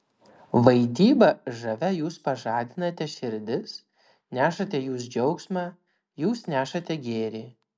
vaidyba žavia jūs pažadinate širdis nešate jūs džiaugsmą jūs nešate gėrį